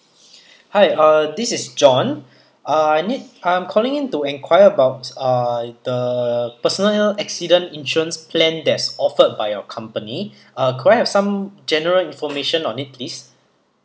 hi uh this is john uh I need I'm calling in to inquire about uh the personal accident insurance plan that's offered by your company uh could I have some general information on it please